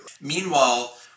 Meanwhile